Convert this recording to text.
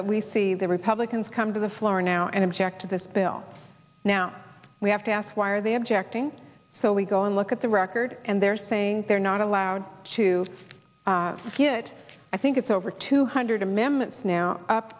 that we see the republicans come to the floor now and object to this bill now we have to ask why are they objecting so we go and look at the record and they're saying they're not allowed to get it i think it's over two hundred amendments now up